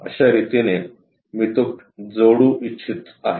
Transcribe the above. अशा रितीने मी तो कनेक्ट जोडू इच्छित आहे